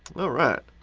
all right,